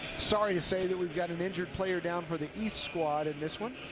sorry to say that we've got an injured player down for the east squad in this one.